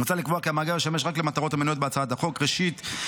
מוצע לקבוע כי המאגר ישמש רק למטרות המנויות בהצעת החוק: ראשית,